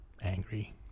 angry